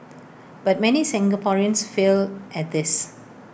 but many Singaporeans fail at this